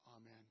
Amen